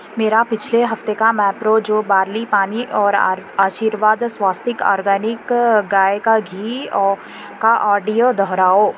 میرا پچھلے ہفتے کا میپرو جوبارلی پانی اور آشیرواد سواستک آرگینک گائے کا گھی کا آڈیو دہراؤ